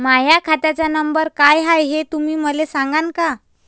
माह्या खात्याचा नंबर काय हाय हे तुम्ही मले सागांन का?